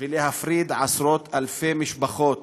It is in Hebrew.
ולהפריד עשרות אלפי משפחות.